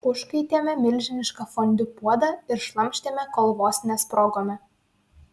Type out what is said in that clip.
užkaitėme milžinišką fondiu puodą ir šlamštėme kol vos nesprogome